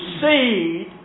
seed